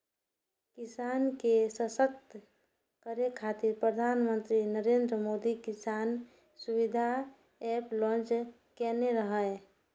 किसान के सशक्त करै खातिर प्रधानमंत्री नरेंद्र मोदी किसान सुविधा एप लॉन्च केने रहै